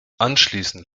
anschließend